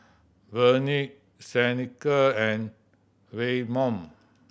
Vernie Seneca and Waymon